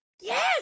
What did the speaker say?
yes